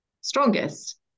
strongest